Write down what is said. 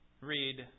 read